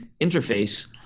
interface